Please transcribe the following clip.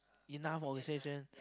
enough oxygen